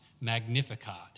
Magnificat